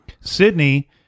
Sydney